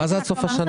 מה זה "עד סוף השנה"?